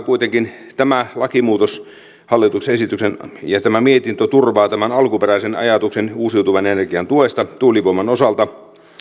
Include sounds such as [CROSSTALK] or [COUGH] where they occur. [UNINTELLIGIBLE] kuitenkin tämä lakimuutos hallituksen esitys ja tämä mietintö turvaa tämän alkuperäisen ajatuksen uusiutuvan energian tuesta tuulivoiman osalta